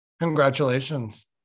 Congratulations